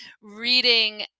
reading